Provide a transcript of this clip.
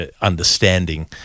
understanding